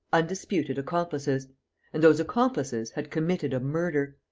undisputed accomplices and those accomplices had committed a murder.